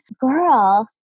girl